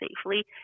safely